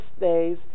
days